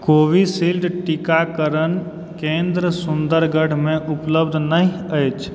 Covishield टीकाकरण केन्द्र सुन्दरगढ़मे उपलब्ध नहि अछि